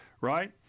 Right